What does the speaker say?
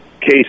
case